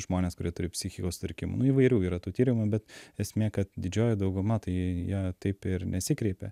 žmonės kurie turi psichikos tarkim nu įvairių yra tų tyrimų bet esmė kad didžioji dauguma tai jie taip ir nesikreipia